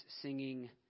singing